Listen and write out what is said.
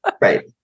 Right